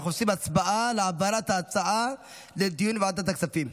אנחנו עושים הצבעה על העברת ההצעה לדיון בוועדת הכספים.